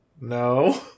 No